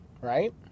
right